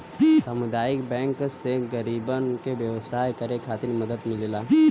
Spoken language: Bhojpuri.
सामुदायिक बैंक से गरीबन के व्यवसाय करे खातिर मदद मिलेला